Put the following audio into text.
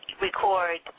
record